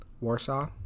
Warsaw